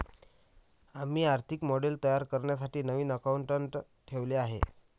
आम्ही आर्थिक मॉडेल तयार करण्यासाठी नवीन अकाउंटंट ठेवले आहे